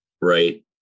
right